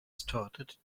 started